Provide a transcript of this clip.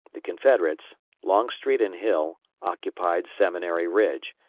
the confederates longstreet and hill occupied seminary ridge,